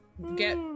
get